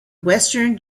western